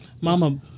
Mama